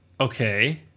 Okay